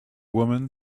woman